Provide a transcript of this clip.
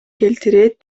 келтирет